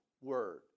Word